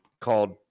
called